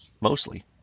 mostly